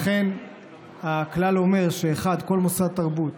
לכן הכלל אומר: כל מוסד תרבות